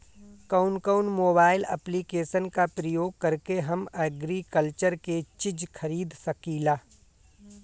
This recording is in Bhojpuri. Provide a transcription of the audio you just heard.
कउन कउन मोबाइल ऐप्लिकेशन का प्रयोग करके हम एग्रीकल्चर के चिज खरीद सकिला?